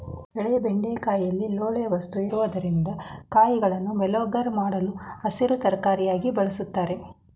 ಎಳೆ ಬೆಂಡೆಕಾಯಿಲಿ ಲೋಳೆ ವಸ್ತು ಇರೊದ್ರಿಂದ ಕಾಯಿಗಳನ್ನು ಮೇಲೋಗರ ಮಾಡಲು ಹಸಿರು ತರಕಾರಿಯಾಗಿ ಬಳುಸ್ತಾರೆ